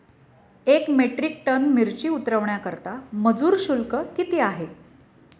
एक metric tonne मिरची उतरवण्याकरता मजुर शुल्क किती आहे?